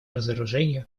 разоружению